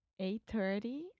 8.30